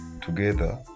Together